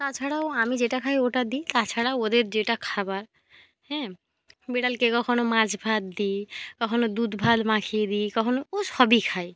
তাছাড়াও আমি যেটা খাই ওটা দিই তাছাড়াও ওদের যেটা খাবার হ্যাঁ বিড়ালকে কখনো মাছ ভাত দিই কখনো দুধ ভাত মাখিয়ে দিই কখনো ও সবই খায়